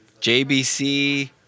JBC